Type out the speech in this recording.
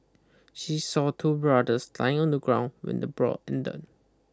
she saw two brothers lying on the ground when the brawl ended